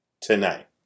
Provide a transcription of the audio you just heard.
tonight